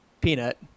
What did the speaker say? peanut